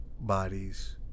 bodies